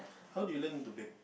how do you learn to bake